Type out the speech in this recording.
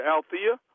Althea